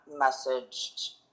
messaged